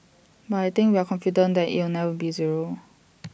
but I think we are confident that it'll never be zero